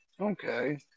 okay